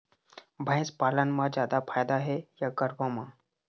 भैंस पालन म जादा फायदा हे या गरवा म?